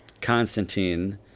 Constantine